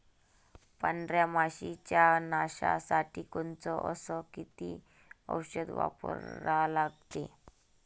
पांढऱ्या माशी च्या नाशा साठी कोनचं अस किती औषध वापरा लागते?